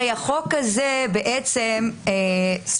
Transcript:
הרי החוק הזה בעצם בא